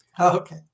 Okay